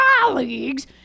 colleagues